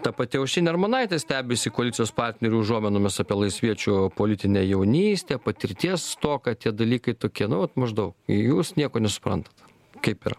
ta pati aušrinė armonaitė stebisi koalicijos partnerių užuominomis apie laisviečių politinę jaunystę patirties stoką tie dalykai tokie nu vat maždaug jūs nieko nesuprantat kaip ir